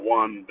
one